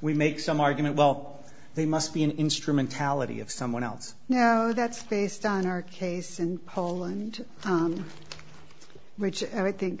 we make some argument well they must be an instrumentality of someone else you know that's based on our case in poland which i think